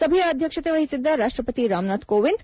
ಸಭೆಯ ಅಧ್ಯಕ್ಷತೆ ವಹಿಸಿದ್ದ ರಾಷ್ಟ್ರಪತಿ ರಾಮನಾಥ್ ಕೋವಿಂದ್